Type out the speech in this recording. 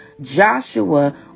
Joshua